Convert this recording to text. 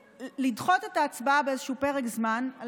לדחות את ההצבעה באיזשהו פרק זמן על